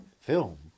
film